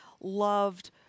loved